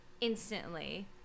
instantly